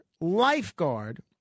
lifeguard